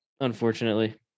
unfortunately